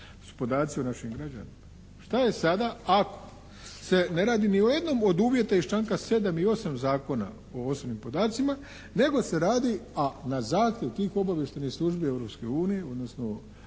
su podaci o našim građanima.